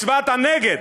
הצבעת נגד.